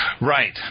Right